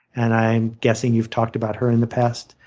and i'm guessing you've talked about her in the past?